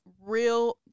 real